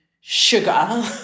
sugar